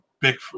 big